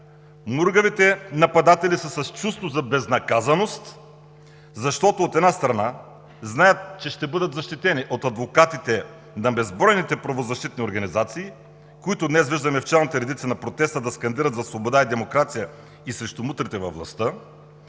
Мургавите нападатели са с чувство за безнаказаност, защото, от една страна, знаят, че ще бъдат защитени от адвокатите на безбройните правозащитни организации, които днес виждаме в челните редици на протеста да скандират за свобода и демокрация и срещу мутрите във властта,